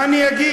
מה אני אגיד?